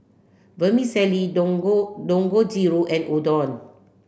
Vermicelli Dangojiru and Udon